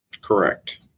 Correct